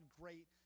great